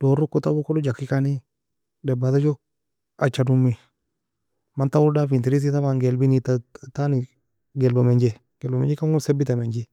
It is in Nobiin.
doroko tawoeko log jakikani dabasa joe acha domi. Man tawoe dafin terise طبعا gelbi neid ta entani gelba menjae gelba menjekan gon sebita menji.